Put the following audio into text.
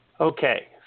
Okay